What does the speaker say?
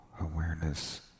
Awareness